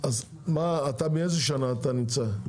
אז מה, אתה מאיזה שנה נמצא?